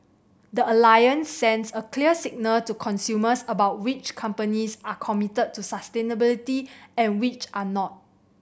the Alliance sends a clear signal to consumers about which companies are committed to sustainability and which are not